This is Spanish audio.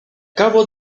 cabo